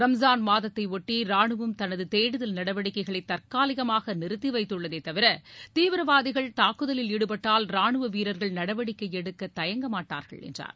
ரம்ஜான் மாதத்தை ஒட்டி ரானுவம் தனது தேடுதல் நடவடிக்கைகளை தற்காலிகமாக நிறுத்தி வைத்துள்ளதே தவிர தீவிரவாதிகள் தாக்குதலில் ஈடுபட்டால் ரானுவ வீரர்கள் நடவடிக்கை எடுக்க தயங்கமாட்டார்கள் என்றார்